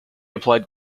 applied